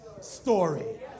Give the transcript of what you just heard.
story